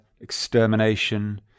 extermination